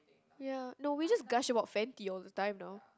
ya no we just gush about Fenty all the time no